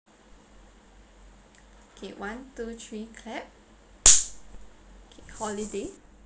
okay one two three clap K holiday